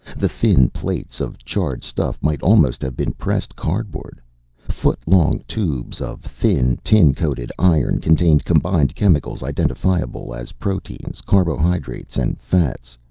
the thin plates of charred stuff might almost have been pressed cardboard foot-long tubes of thin, tin-coated iron contained combined chemicals identifiable as proteins, carbohydrates and fats.